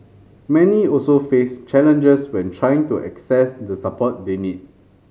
many also face challenges when trying to access the support they need